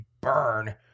burn